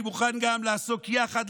אני מוכן גם לעסוק יחד,